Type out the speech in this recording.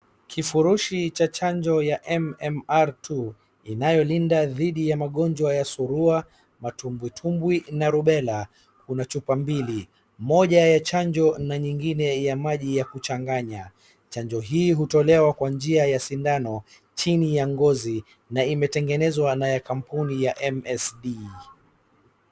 Kifurushi cha chanjo ya MMR II inayoloinda dhidi ya magonjwa ya surua, matumbwi tumbwi na rubela, una chupa mbili moja ya chanjo na nyingine ya maji ya kuchanganya chanjo hii hutolewa kwa njia ya sindano ,chini ya ngozi na imetengenezwa na kamouni ya MSD .